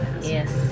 Yes